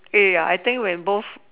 eh ya I think when both